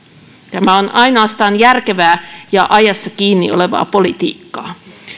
tämä on ainoastaan järkevää ja ajassa kiinni olevaa politiikkaa